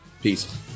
Peace